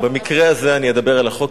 במקרה הזה אני אדבר על החוק,